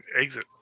exit